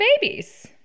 babies